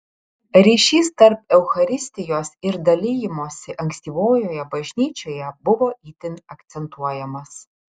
ryšys tarp eucharistijos ir dalijimosi ankstyvojoje bažnyčioje buvo itin akcentuojamas